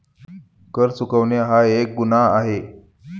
कर चुकवणे हा एक गुन्हा आहे